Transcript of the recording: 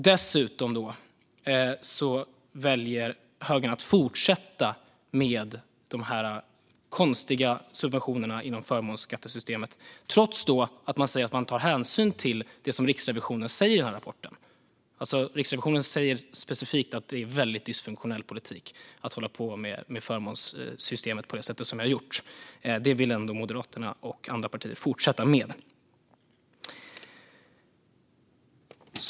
Dessutom väljer högern att fortsätta med de konstiga subventionerna inom förmånsskattesystemet trots att man säger att man tar hänsyn till det som Riksrevisionen säger i den här rapporten. Riksrevisionen säger specifikt att det är en väldigt dysfunktionell politik att hålla på med förmånsskattesystemet på det sätt som vi har gjort, men det vill ändå Moderaterna och andra partier fortsätta med.